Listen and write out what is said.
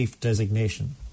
designation